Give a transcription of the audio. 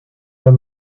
pas